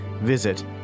Visit